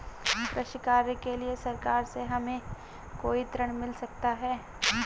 कृषि कार्य के लिए सरकार से हमें कोई ऋण मिल सकता है?